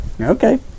Okay